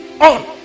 on